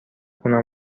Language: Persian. خونه